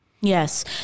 Yes